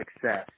success